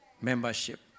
membership